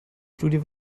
studie